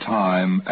time